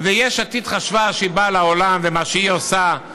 ויש עתיד חשבה שהיא באה לעולם ומה שהיא עושה,